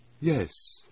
Yes